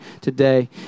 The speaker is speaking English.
today